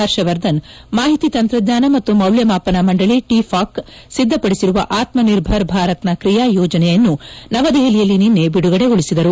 ಹರ್ಷವರ್ಧನ್ ಮಾಹಿತಿ ತಂತ್ರಜ್ಞಾನ ಮತ್ತು ಮೌಲ್ಚಮಾಪನ ಮಂಡಳಿ ಟಫಾಕ್ ಸಿದ್ದಪಡಿಸಿರುವ ಆತ್ಸಿರ್ಭರ್ ಭಾರತ್ನ ಕ್ರಿಯಾ ಕಾರ್ಯಸೂಚಿಯನ್ನು ನವದೆಹಲಿಯಲ್ಲಿ ನಿನ್ನೆ ಬಿಡುಗಡೆಗೊಳಿಸಿದರು